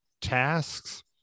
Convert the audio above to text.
tasks